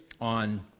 on